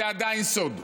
זה עדיין סוד.